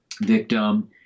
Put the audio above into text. victim